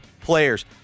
players